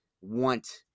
want